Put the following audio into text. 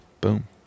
Boom